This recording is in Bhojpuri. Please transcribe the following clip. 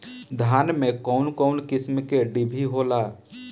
धान में कउन कउन किस्म के डिभी होला?